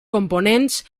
components